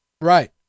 Right